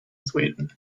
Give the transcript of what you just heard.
sweden